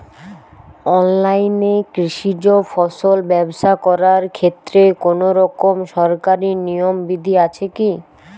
অনলাইনে কৃষিজ ফসল ব্যবসা করার ক্ষেত্রে কোনরকম সরকারি নিয়ম বিধি আছে কি?